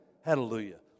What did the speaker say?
hallelujah